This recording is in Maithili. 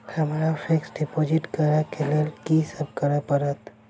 हमरा फिक्स डिपोजिट करऽ केँ लेल की सब करऽ पड़त?